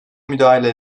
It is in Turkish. müdahale